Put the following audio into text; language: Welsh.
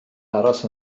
aros